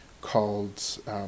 called